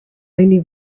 only